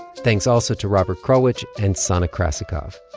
thanks also to robert krulwich and sana krasikov.